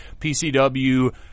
PCW